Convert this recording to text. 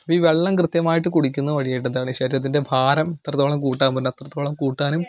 അപ്പം ഈ വെള്ളം കൃത്യമായിട്ട് കുടിക്കുന്നത് വഴിയെട്ടത്താണ് ഈ ശരീരത്തിൻ്റെ ഭാരം എത്രത്തോളം കൂട്ടാൻ പറ്റുന്നുണ്ട് അത്രത്തോളം കൂട്ടാനും